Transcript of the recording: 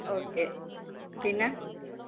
okay പിന്നെ